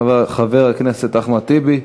חבר הכנסת אחמד טיבי,